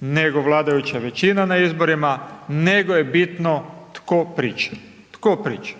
nego vladajuća većina na izborima, nego je bitno tko priča